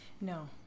No